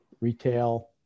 retail